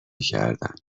کردن